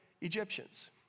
Egyptians